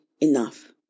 enough